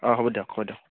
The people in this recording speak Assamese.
অ' হ'ব দিয়ক হ'ব দিয়ক